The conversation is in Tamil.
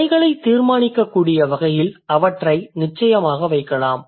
வகைகளை தீர்மானிக்கக்கூடிய வகையில் அவற்றை நிச்சயமாக வைக்கலாம்